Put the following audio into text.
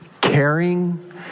Caring